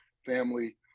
Family